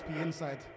inside